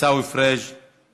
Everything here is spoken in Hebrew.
עיסאווי פריג';